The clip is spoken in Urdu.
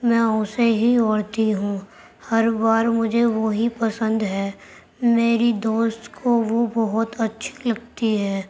میں اسے ہی اوڑھتی ہوں ہر بار مجھے وہی پسند ہے میری دوست کو وہ بہت اچھی لگتی ہے